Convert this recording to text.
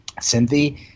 Cynthia